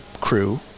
crew